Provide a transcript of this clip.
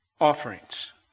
offerings